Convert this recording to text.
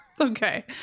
Okay